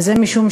מובא.